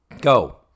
Go